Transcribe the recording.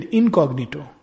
incognito